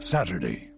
Saturday